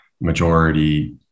majority